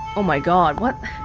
oh, my god, what?